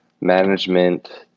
management